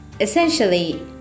Essentially